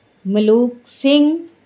Malook Singh